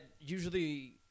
usually